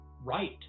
right